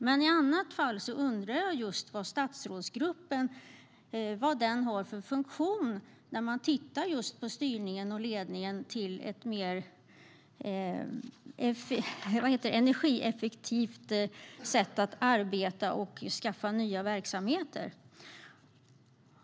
Men i annat fall undrar jag vilken funktion statsrådsgruppen har, när man tittar på styrningen och ledningen för ett mer energieffektivt sätt att arbeta och skaffa nya verksamheter.